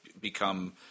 become